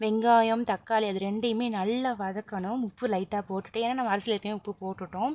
வெங்காயம் தக்காளி அதை ரெண்டையுமே நல்லா வதக்கணும் உப்பு லைட்டாக போட்டுவிட்டு ஏனால் நம்ம அரிசியில் ஏற்கனவே உப்பு போட்டுவிட்டோம்